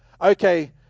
Okay